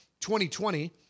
2020